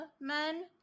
men